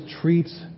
treats